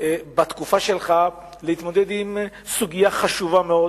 בתקופה שלך להתמודד עם סוגיה חשובה מאוד,